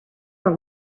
are